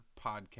podcast